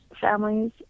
families